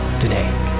today